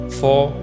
four